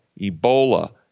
Ebola